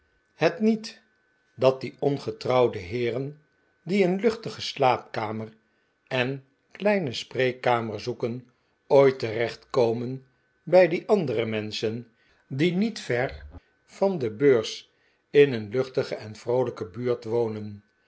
het niet dat die ongetrouwde heeren die een luchtige slaapkamer en kleine spreekkamer zoeken ooit terecht komen bij die andere menschen die niet ver van de beurs in een luchtige en vroolijke buurt wonen